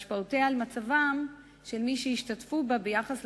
והשפעותיה על מצבם של מי שהשתתפו בה ביחס